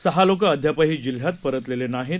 सहा लोक अद्यापही जिल्ह्यात परत आलेले नाहीत